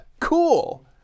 cool